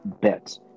Bet